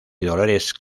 dolores